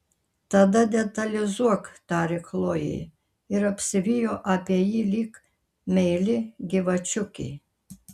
tada detalizuok tarė chlojė ir apsivijo apie jį lyg meili gyvačiukė